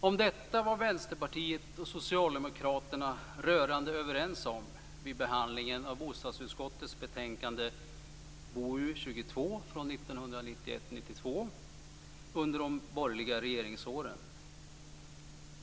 Om detta var Vänsterpartiet och Socialdemokraterna rörande överens vid behandlingen av bostadsutskottets betänkande BoU22 från 1991/92 under de borgerliga regeringsåren.